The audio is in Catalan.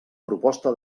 proposta